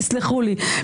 תסלחו לי,